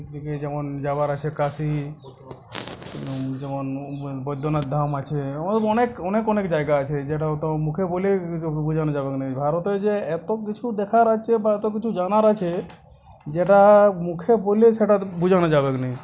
এদিকে যেমন যাবার আছে কাশী যেমন বৈদ্যনাথ ধাম আছে এরকম অনেক অনেক অনেক জায়গা আছে যেটা হয়তো মুখে বলে বোঝানো যাবেক নি ভারতে যে এত কিছু দেখার আছে বা এত কিছু জানার আছে যেটা মুখে বলে সেটা বোঝানো যাবেক নি